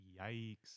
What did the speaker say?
Yikes